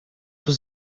was